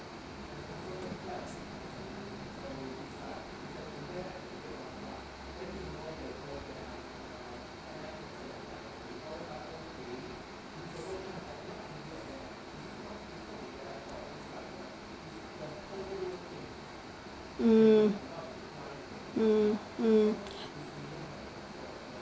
um um um